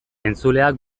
entzuleak